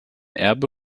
erbe